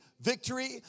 victory